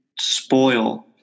spoil